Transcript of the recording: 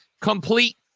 complete